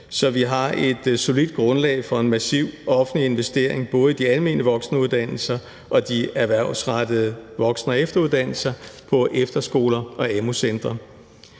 så vi har et solidt grundlag for en massiv offentlig investering både i de almene voksenuddannelser og de erhvervsrettede voksen- og efteruddannelser på efterskoler og amu-centre.